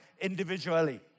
individually